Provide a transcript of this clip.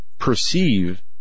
Perceive